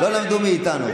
לא למדו מאיתנו.